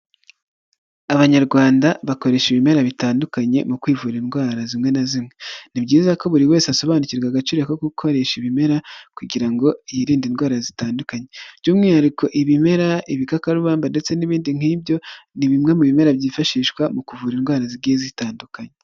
Abanyarwanda bakoresha ibimera bitandukanye mu kwivura indwara zimwe na zimwe, ni byiza ko buri wese asobanukirwa agaciro ko gukoresha ibimera, kugira ngo yirinde indwara zitandukanye, by'umwihariko ibimera, ibikakarubamba ndetse n'ibindi, nk'ibyo ni bimwe mu bimera byifashishwa mu kuvura indwara zigiye zitandukanye.